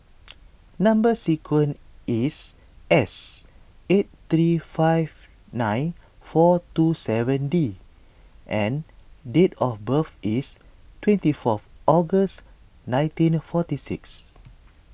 Number Sequence is S eight three five nine four two seven D and date of birth is twenty fourth August nineteen forty six